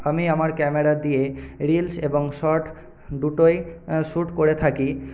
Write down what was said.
আমি আমার ক্যামেরা দিয়ে রিলস এবং শর্ট দুটোই শুট করে থাকি